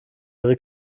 ihre